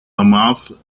amongst